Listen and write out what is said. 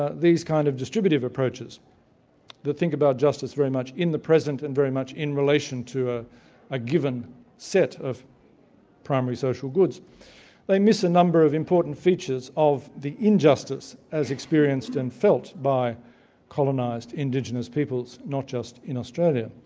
ah these kind of distributive approaches that think about justice very much in the present and very much in relation to ah a given set of primary social goods they miss a number of important features of the injustice, as experienced and felt by colonized indigenous peoples, not just australia.